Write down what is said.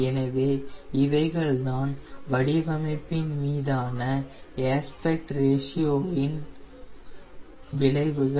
எனவே இவைகள் தான் வடிவமைப்பின் மீதான ஏஸ்பெக்ட் ரேஷியோ இன் விளைவுகள்